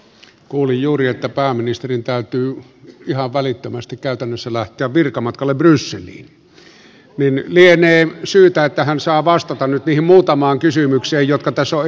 kuulin juuri että pääministerin täytyy ihan välittömästi käytännössä lähteä virkamatkalle brysseliin niin että lienee syytä että hän saa vastata nyt niihin muutamaan kysymykseen jotka tässä on esitetty